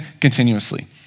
continuously